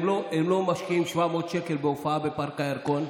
הם לא משקיעים 700 שקל בהופעה בפארק הירקון,